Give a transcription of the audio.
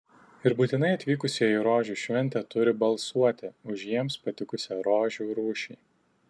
ir būtinai atvykusieji į rožių šventę turi balsuoti už jiems patikusią rožių rūšį